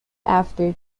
after